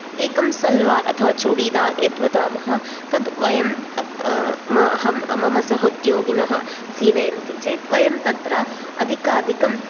एकं सल्वार् अथवा चुडीदार् यद् वदामः तद् वयं अहं मम सहोद्योगिनः सीवयन्ति चेत् वयं तत्र अधिकाधिकं